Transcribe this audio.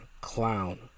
clown